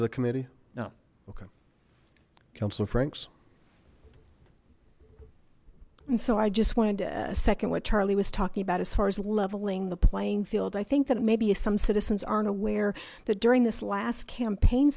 of the committee no okay council franks and so i just wanted a second what charlie was talking about as far as leveling the playing field i think that maybe if some citizens aren't aware that during this last campaign